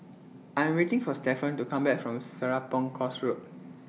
I Am waiting For Stefan to Come Back from Serapong Course Road